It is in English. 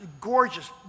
gorgeous